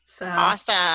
Awesome